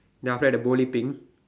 then after that the bowling pin